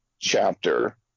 chapter